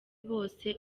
bose